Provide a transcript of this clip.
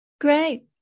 great